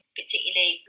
particularly